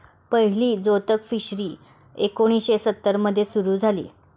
पहिली जोतक फिशरी एकोणीशे सत्तर मध्ये सुरू झाली